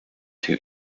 two